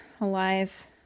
Alive